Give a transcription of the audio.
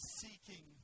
seeking